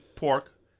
pork